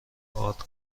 ارد